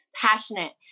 passionate